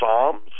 psalms